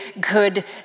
good